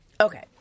Okay